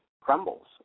crumbles